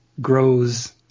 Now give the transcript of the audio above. grows